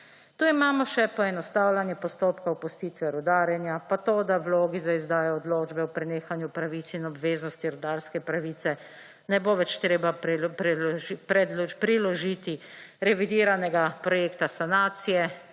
Tu imamo še poenostavljanje postopkov opustitve rudarjenja, pa to, da vlogi za izdajo odločbe o prenehanju pravic in obveznosti rudarske pravice ne bo več treba priložiti revidiranega projekta sanacije,